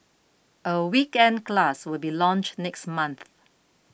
a weekend class will be launched next month